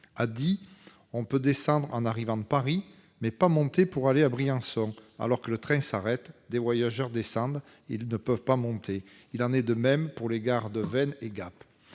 À Die, on peut descendre en arrivant de Paris, mais pas monter pour aller à Briançon, alors que le train s'arrête et que des voyageurs descendent. Il en est de même pour les gares de Veynes et de Gap.